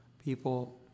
People